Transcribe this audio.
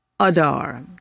Adar